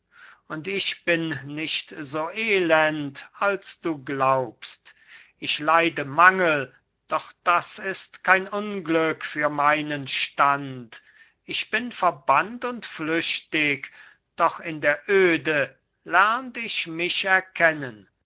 und ich bin nicht so elend als du glaubst ich leide mangel doch das ist kein unglück für meinen stand ich bin verbannt und flüchtig doch in der öde lernt ich mich erkennen